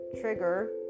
trigger